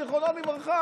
זיכרונו לברכה,